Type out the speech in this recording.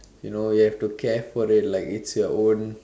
you know you have to care for it like it's your own